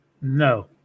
No